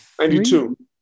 92